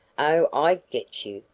i get you,